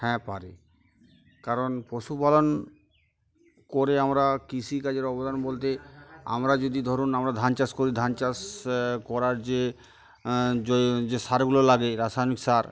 হ্যাঁ পারে কারণ পশুপালন করে আমরা কৃষিকাজের অবদান বলতে আমরা যদি ধরুন আমরা ধান চাষ করি ধান চাষ করার যে যে সারগুলো লাগে রাসায়নিক সার